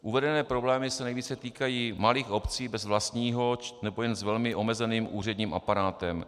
Uvedené problémy se nejvíce týkají malých obcí bez vlastního nebo jen s velmi omezeným úředním aparátem.